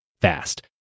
fast